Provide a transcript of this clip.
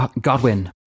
Godwin